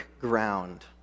ground